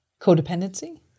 Codependency